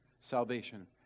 Salvation